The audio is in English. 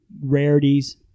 rarities